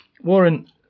Warren